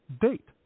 date